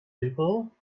people